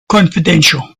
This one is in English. confidential